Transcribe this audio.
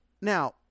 Now